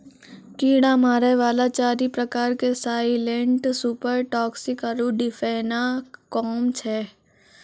कीड़ा मारै वाला चारि प्रकार के साइलेंट सुपर टॉक्सिक आरु डिफेनाकौम छै